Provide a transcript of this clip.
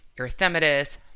erythematous